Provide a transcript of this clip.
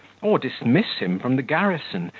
or dismiss him from the garrison,